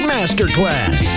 Masterclass